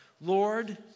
Lord